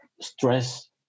stress